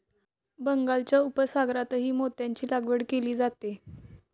बंगालच्या उपसागरातही मोत्यांची लागवड केली जाते